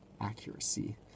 accuracy